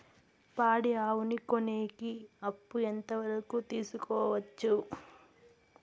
పాడి ఆవులని కొనేకి అప్పు ఎంత వరకు తీసుకోవచ్చు?